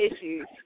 issues